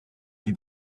die